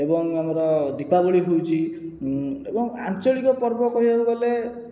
ଏବଂ ଆମର ଦୀପାବଳି ହେଉଛି ଏବଂ ଆଞ୍ଚଳିକ ପର୍ବ କହିବାକୁ ଗଲେ